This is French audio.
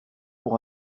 pour